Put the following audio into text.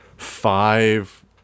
five